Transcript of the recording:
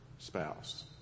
Spouse